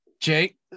jake